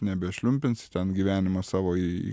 nebešliumpins ten gyvenimą savo į į